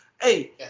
hey